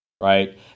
Right